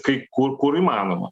kai kur kur įmanoma